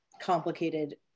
complicated